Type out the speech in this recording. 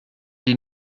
die